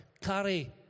carry